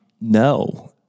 no